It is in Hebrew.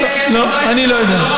לא, אני לא יודע.